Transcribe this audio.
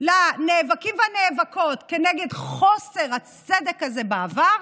לנאבקים ולנאבקות כנגד חוסר הצדק הזה בעבר,